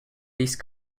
these